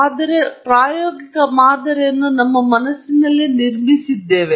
ನಾವು ಪ್ರಾಯೋಗಿಕ ಮಾದರಿಯನ್ನು ನಿರ್ಮಿಸುತ್ತಿದ್ದೇವೆ